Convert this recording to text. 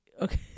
Okay